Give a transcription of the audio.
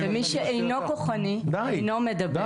ומי שאינו כוחני אינו מדבר.